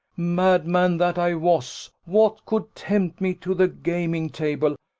madman that i was, what could tempt me to the gaming-table?